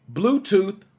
bluetooth